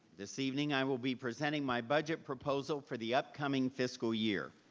this evening i will be presenting my budget proposal for the upcoming fiscal year.